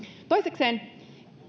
toisekseen